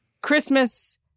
Christmas